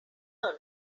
learn